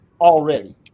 already